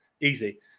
easy